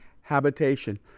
habitation